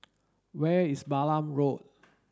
where is Balam Road